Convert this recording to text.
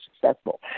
successful